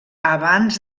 abans